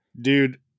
Dude